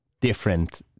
different